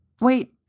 Wait